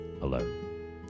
alone